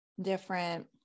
different